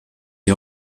die